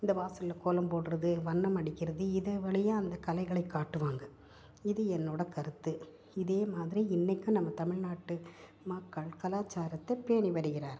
இந்த வாசலில் கோலம் போடுறது வண்ணம் அடிக்கிறது இதை வழியாக அந்த கலைகளை காட்டுவாங்க இது என்னோடய கருத்து இதே மாதிரி இன்றைக்கும் நம்ம தமிழ்நாட்டு மக்கள் கலாச்சாரத்தை பேணி வருகிறார்கள்